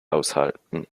aushalten